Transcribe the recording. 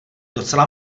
docela